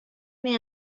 may